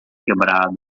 quebrado